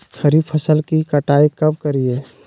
खरीफ फसल की कटाई कब करिये?